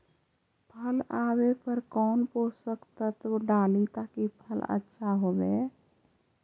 फल आबे पर कौन पोषक तत्ब डाली ताकि फल आछा होबे?